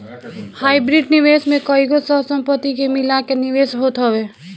hybrid निवेश में कईगो सह संपत्ति के मिला के निवेश होत हवे